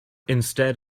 instead